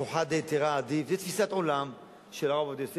"כוחא דהיתרא עדיף" זו תפיסת עולם של הרב עובדיה יוסף.